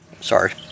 Sorry